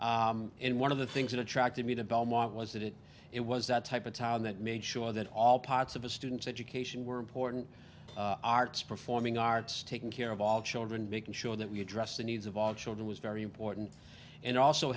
residents in one of the things that attracted me to belmont was that it it was that type of town that made sure that all parts of a student's education were important arts performing arts taking care of all children making sure that we address the needs of all children was very important and also